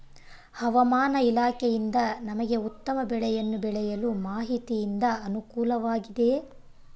ಹವಮಾನ ಇಲಾಖೆಯಿಂದ ನಮಗೆ ಉತ್ತಮ ಬೆಳೆಯನ್ನು ಬೆಳೆಯಲು ಮಾಹಿತಿಯಿಂದ ಅನುಕೂಲವಾಗಿದೆಯೆ?